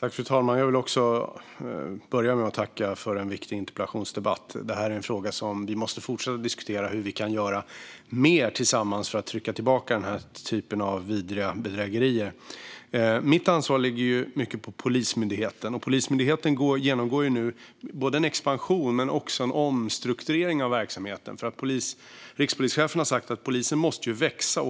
Fru talman! Jag vill börja med att tacka för en viktig interpellationsdebatt. Det här är en fråga som vi måste fortsätta att diskutera. Hur kan vi göra mer tillsammans för att trycka tillbaka den här typen av vidriga bedrägerier? Mitt ansvar ligger mycket på Polismyndigheten. Polismyndigheten genomgår nu både en expansion och en omstrukturering av verksamheten. Rikspolischefen har sagt att polisen måste växa